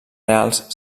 reals